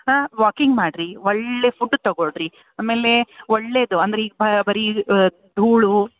ಹಾಂ ವಾಕಿಂಗ್ ಮಾಡಿರಿ ಒಳ್ಳೆಯ ಫುಡ್ ತಗೊಳ್ಳಿರಿ ಆಮೇಲೆ ಒಳ್ಳೆಯದು ಅಂದ್ರೆ ಈಗ ಬರಿ ಧೂಳು